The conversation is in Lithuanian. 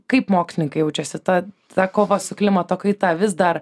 kaip mokslininkai jaučiasi ta ta kova su klimato kaita vis dar